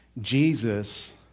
Jesus